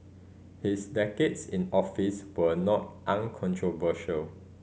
his decades in office were not uncontroversial